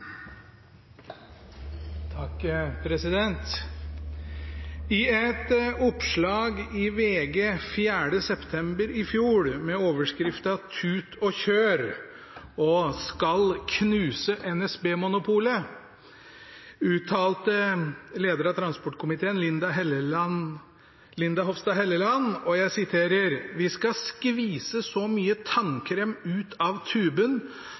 Takk for oppmerksomheten. Det blir replikkordskifte. I et oppslag i VG 4. september i fjor med overskriften «Tut og kjør!» og «Skal knuse NSB-monopolet» uttalte lederen av transportkomiteen, Linda Hofstad Helleland: «Vi skal skvise så mye tannkrem ut av tuben